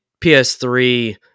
PS3